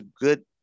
good